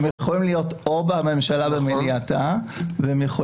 זה יכול להיות או מהממשלה במליאתה וזה יכול